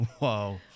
Wow